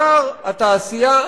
שר התעשייה,